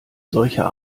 solcher